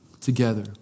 together